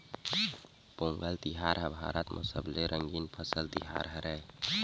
पोंगल तिहार ह भारत म सबले रंगीन फसल तिहार हरय